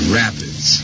rapids